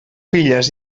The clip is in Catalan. filles